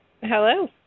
Hello